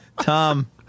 Tom